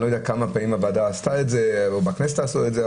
אני לא יודע כמה פעמים הוועדה עשתה את זה או בכנסת עשו את זה.